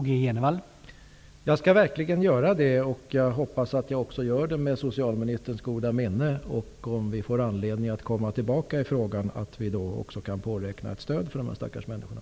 Herr talman! Jag skall verkligen göra det, och jag hoppas att jag också gör det med socialministerns goda minne och att vi, om vi får anledning att komma tillbaka i frågan, också kan påräkna ett stöd för de här stackars människorna.